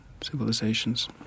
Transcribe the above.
civilizations